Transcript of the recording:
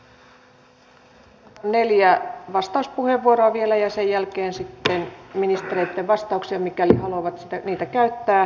otetaan neljä vastauspuheenvuoroa vielä ja sen jälkeen sitten ministereitten vastaukset mikäli haluavat niitä käyttää